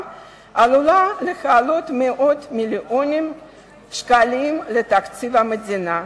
עלולה לעלות מאות מיליוני שקלים לתקציב המדינה,